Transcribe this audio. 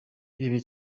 irebere